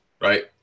right